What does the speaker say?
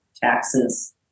taxes